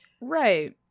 right